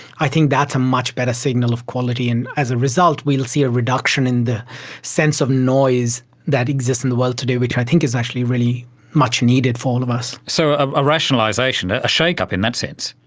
i think that's a much better signal of quality, and as a result we will see a reduction in the sense of noise that exists in the world today, which i think is actually really much needed for all of us. so a rationalisation, a a shakeup in that sense.